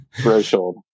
threshold